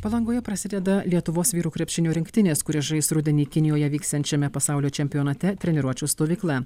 palangoje prasideda lietuvos vyrų krepšinio rinktinės kurias žais rudenį kinijoje vyksiančiame pasaulio čempionate treniruočių stovykla